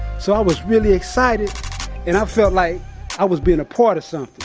so, i was really excited and i felt like i was being a part of so